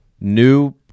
new